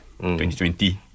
2020